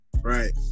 Right